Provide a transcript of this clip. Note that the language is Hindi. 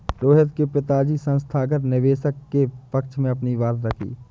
रोहित के पिताजी संस्थागत निवेशक के पक्ष में अपनी बात रखी